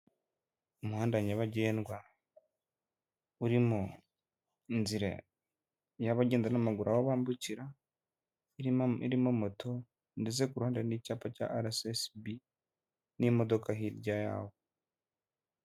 Umuhanda nyabagendwa, urimo inzira y'abagenda n'amaguru aho bambukira, irimo irimo moto ndetse ku ruhande hari n'icyapa cya rssb n'imodoka hirya yaho.